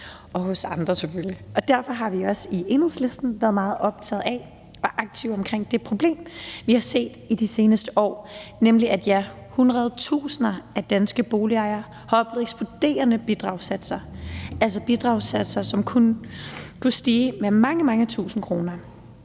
og hos andre selvfølgelig. Derfor har vi også i Enhedslisten været meget optaget af og aktive omkring det problem, vi har set i de seneste år, nemlig at hundredtusinder af danske boligejere har oplevet eksploderende bidragssatser, altså bidragssatser, som kunne stige med mange, mange tusind kroner.